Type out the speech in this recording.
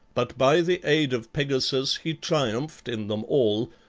but by the aid of pegasus he triumphed in them all,